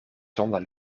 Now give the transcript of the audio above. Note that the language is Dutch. zonder